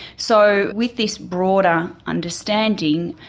so with this broader understanding,